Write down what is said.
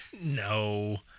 No